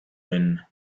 when